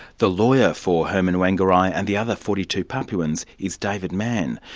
the lawyer for herman wangiraii and the other forty two papuans is david manne,